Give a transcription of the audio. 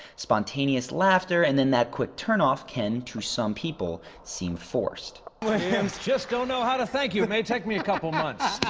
spontaneous laughter and then that quick turn off can, to some people, seem forced. i just don't know how to thank you. it may take me a couple months